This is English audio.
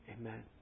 amen